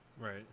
Right